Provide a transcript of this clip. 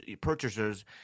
purchasers